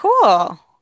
Cool